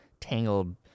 tangled